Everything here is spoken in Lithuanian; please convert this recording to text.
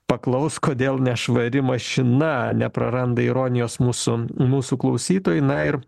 paklaus kodėl nešvari mašina nepraranda ironijos mūsų mūsų klausytojai na ir